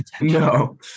no